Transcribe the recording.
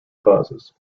causes